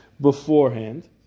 beforehand